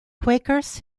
quakers